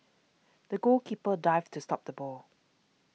the goalkeeper dived to stop the ball